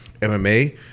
MMA